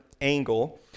angle